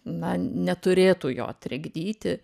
na neturėtų jo trikdyti